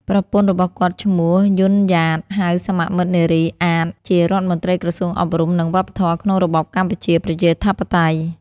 ប្រពន្ធរបស់គាត់ ឈ្មោះ យុន យ៉ាត (ហៅសមមិត្តនារី អាត) ជារដ្ឋមន្ត្រីក្រសួងអប់រំ និងវប្បធម៌ក្នុងរបបកម្ពុជាប្រជាធិបតេយ្យ។